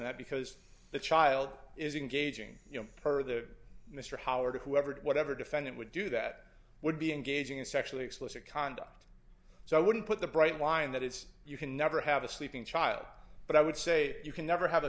that because the child is engaging you know per the mr howard whoever whatever defendant would do that would be engaging in sexually explicit conduct so i wouldn't put the bright line that is you can never have a sleeping child but i would say you can never have a